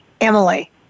Emily